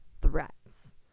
threats